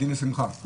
מועדים לשמחה.